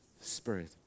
Spirit